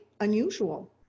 unusual